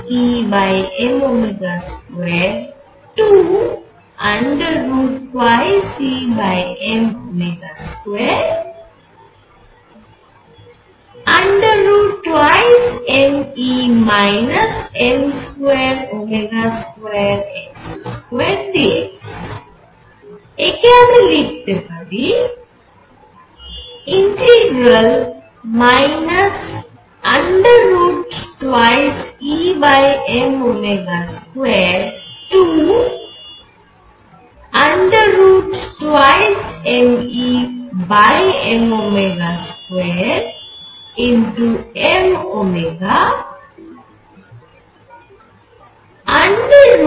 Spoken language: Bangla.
এবার গণনা করা যাক AApdx 2Em22Em22mE m22x2 dx কে আমি লিখতে পারি 2Em22Em2mω2Em2 x2dx